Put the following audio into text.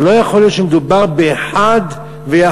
אבל לא יכול להיות שמדובר באחד ויחיד